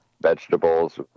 vegetables